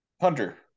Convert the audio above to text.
Hunter